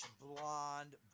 blonde